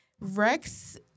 Rex